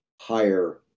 higher